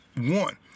one